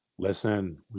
Listen